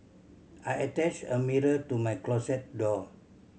I attached a mirror to my closet door